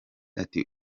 ati